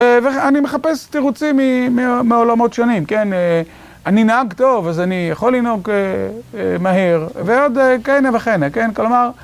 אני מחפש תירוצים מעולמות שונים, כן, אני נהג טוב, אז אני יכול לנהוג מהר, ועוד כהנה וכהנה, כן, כלומר...